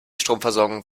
stromversorgung